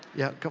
yeah. come.